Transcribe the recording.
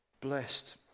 blessed